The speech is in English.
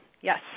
yes